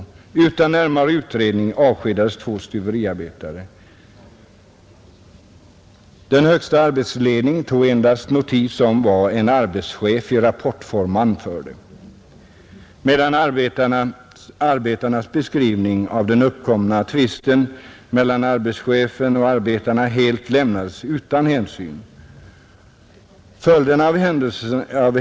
Utan närmare utredning avskedades två stuveriarbetare. Den högsta arbetsledningen tog endast notis om vad en arbetschef i rapportform anförde, medan arbetarnas beskrivning av den uppkomna tvisten mellan arbetschefen och arbetarna helt lämnades utan hänsyn.